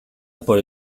por